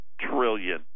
trillion